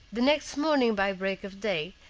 the next morning by break of day,